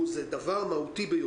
הבנו שזה מתקדם, שהם יחזרו.